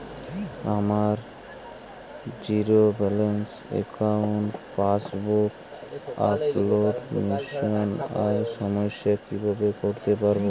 আমার zero balance অ্যাকাউন্টে passbook update machine এর সাহায্যে কীভাবে করতে পারব?